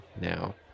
now